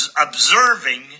observing